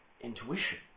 intuition